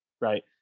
right